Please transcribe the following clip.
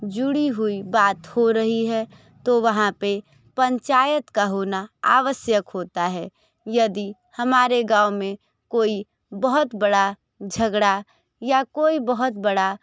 जुड़ी हुई बात हो रही है तो वहाँ पे पंचायत का होना आवश्यक होता है यदि हमारे गाँव में कोई बहुत बड़ा झगड़ा या कोई बहुत बड़ा